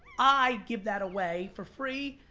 i give that away for free,